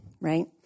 right